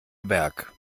werk